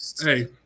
hey